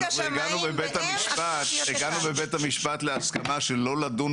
אנחנו הגענו בבית המשפט להסכמה שלא לדון